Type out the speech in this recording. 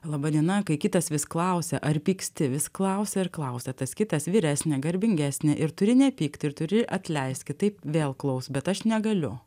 laba diena kai kitas vis klausia ar pyksti vis klausia ir klausia tas kitas vyresnė garbingesnė ir turi nepykt ir turi atleist kitaip vėl klaus bet aš negaliu